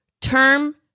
Term